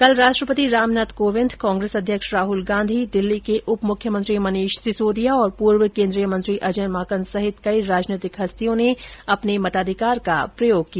कल राष्ट्रपति रामनाथ कोविन्द कांग्रेस अध्यक्ष राहल गांधी दिल्ली के उप मुख्यमंत्री मनीष सिसोदिया और पूर्व केन्द्रीय मंत्री अजय माकन सहित कई ेराजनैतिक हस्तियों ने कल अपने मताधिकार का प्रयोग किया